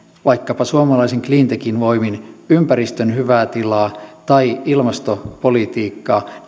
vaikkapa suomalaisen cleantechin voimin ympäristön hyvää tilaa tai ilmastopolitiikkaa